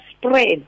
spread